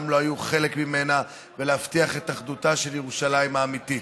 לא היו חלק ממנה ולהבטיח את אחדותה של ירושלים האמיתית.